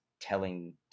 telling